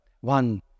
one